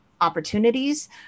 opportunities